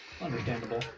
Understandable